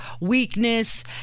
weakness